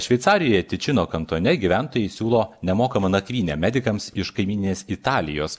šveicarijoje tičino kantone gyventojai siūlo nemokamą nakvynę medikams iš kaimyninės italijos